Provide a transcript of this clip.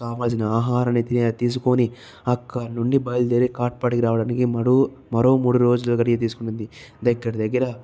కావలసిన ఆహారాన్ని తీసుకొని అక్కడి నుండి బయలుదేరి కాట్పాడి రావడానికి మరో మరో మూడు రోజుల గడియ తీసుకుంటుంది దగ్గర దగ్గర